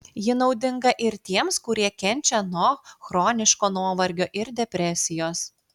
ji naudinga ir tiems kurie kenčia nuo chroniško nuovargio ir depresijos